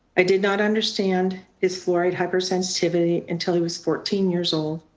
i did not understand his fluoride hypersensitivity until he was fourteen years old.